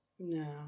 No